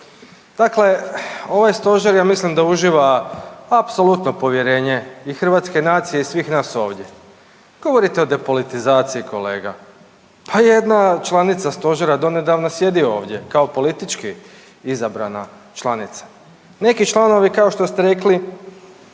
Dakle ovaj Stožer ja mislim da uživa apsolutno povjerenje i hrvatske nacije i svih nas ovdje. Govorite o depolitizaciji, kolega. Pa jedna članica Stožera donedavno sjedi ovdje kao politički izabrana članica. Neki članovi kao što ste rekli,